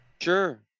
Sure